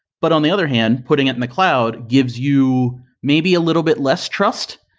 but on the other hand, putting it in the cloud gives you may be a little bit less trust,